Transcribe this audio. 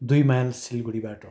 दुई माइल सिलगढीबाट